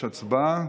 הצבעה.